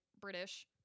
British